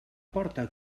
porta